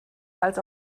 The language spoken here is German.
als